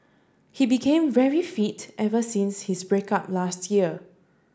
he became very fit ever since his break up last year